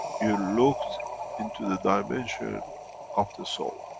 you looked into the dimension of the soul.